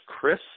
Chris